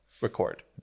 record